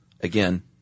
Again